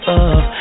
up